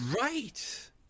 Right